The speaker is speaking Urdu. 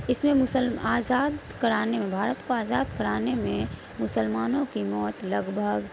اس میں مسل آزاد کرانے میں بھارت کو آزاد کرانے میں مسلمانوں کی موت لگ بھگ